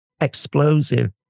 explosive